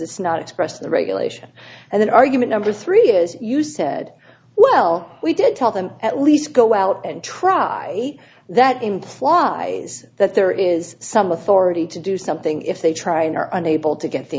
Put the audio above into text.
it's not expressed in the regulation and then argument number three is you said well we did tell them at least go out and try that imply that there is some authority to do something if they try and are unable to get the